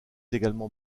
également